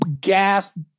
gas